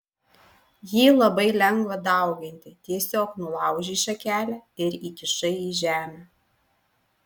jį labai lengva dauginti tiesiog nulaužei šakelę ir įkišai į žemę